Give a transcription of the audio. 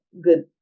good